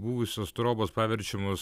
buvusios trobos paverčiamos